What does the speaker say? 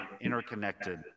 interconnected